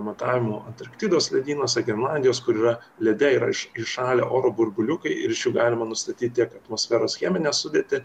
matavimų antarktidos ledynuose grenlandijos kur yra lede yra įš įšalę oro burbuliukai ir iš jų galima nustatyt tiek atmosferos cheminę sudėtį